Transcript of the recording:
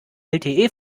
lte